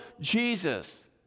Jesus